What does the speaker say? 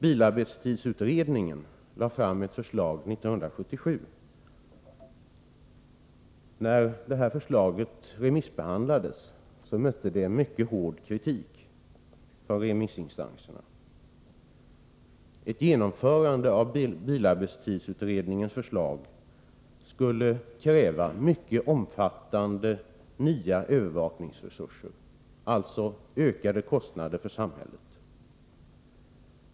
Bilarbetstidsutredningen lade fram ett förslag 1977. Vid remissbehandlingen utsattes förslaget för mycket hård kritik från remissinstanserna. Ett genomförande av bilarbetstidsutredningens förslag skulle kräva mycket omfattande nya övervakningsresurser, alltså ökade kostnader för samhället.